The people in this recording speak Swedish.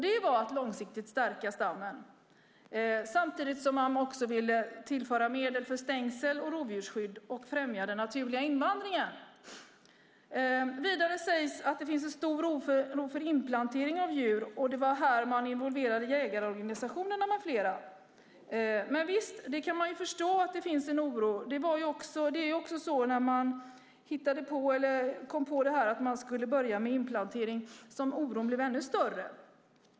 Det var att långsiktigt stärka stammen, samtidigt som man ville tillföra medel för stängsel och rovdjursskydd och främja den naturliga invandringen. Vidare sägs att det finns en stor oro för inplantering av djur. Det var här man involverade jägarorganisationerna med flera. Visst kan man förstå att det finns en oro. När man kom på att man skulle börja med inplantering blev oron ännu större.